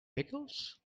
pickles